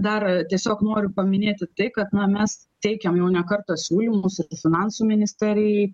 dar tiesiog noriu paminėti tai kad na mes teikiam jau ne kartą siūlymus ir finansų ministerijai